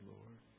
Lord